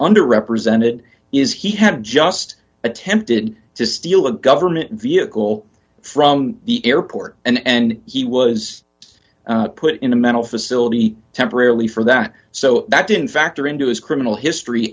under represented is he had just attempted to steal a government vehicle from the airport and he was put in a mental facility temporarily for that so that didn't factor into his criminal history